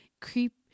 creep